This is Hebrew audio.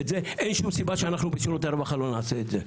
אין שום סיבה שאנחנו בשירותי הרווחה לא נעשה את זה.